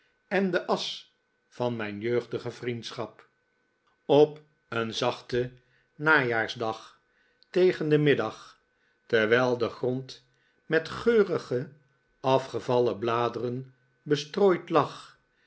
en de asch van mijn jeugdige vriendschap op een zachten najaarsdag tegen den middag terwijl de grond met geurige afgevallen bladeren bestrooid lag